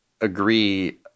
agree